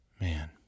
Man